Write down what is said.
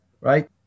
right